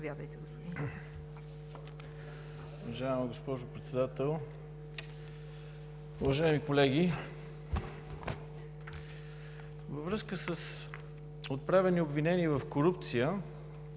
Уважаема госпожо Председател, уважаеми колеги! Във връзка с отправените обвинения в корупция